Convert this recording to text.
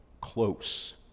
close